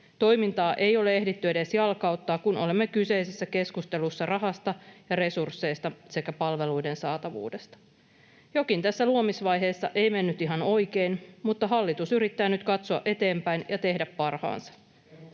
Toimintaa ei ole ehditty edes jalkauttaa, kun olemme kyseisessä keskustelussa rahasta ja resursseista sekä palveluiden saatavuudesta. Jokin tässä luomisvaiheessa ei mennyt ihan oikein, mutta hallitus yrittää nyt katsoa eteenpäin ja tehdä parhaansa.